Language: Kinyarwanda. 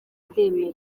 ndemera